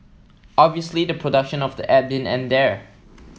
obviously the production of the app didn't end there